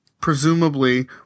presumably